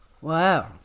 Wow